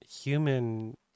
human